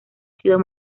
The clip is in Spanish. sido